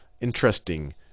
interesting